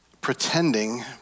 pretending